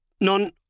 none